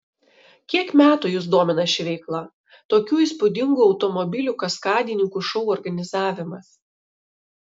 kiek metų jus domina ši veikla tokių įspūdingų automobilių kaskadininkų šou organizavimas